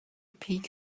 peak